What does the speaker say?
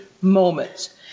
moments